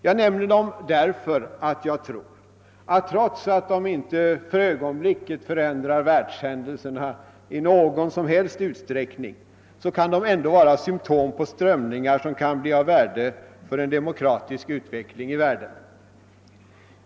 Jag nämner dem därför att jag tror att trots att de inte för ögonblicket i någon som helst utsträckning förändrar världshändelserna kan de ändå vara symtom på nya strömningar som kan bli av värde för en demokratisk utveckling i världen.